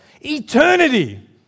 Eternity